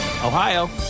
Ohio